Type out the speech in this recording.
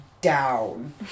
down